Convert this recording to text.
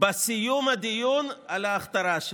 בסיום הדיון על ההכתרה שלו,